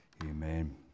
Amen